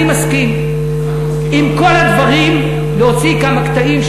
אני מסכים עם כל הדברים, להוציא כמה קטעים.